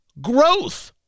growth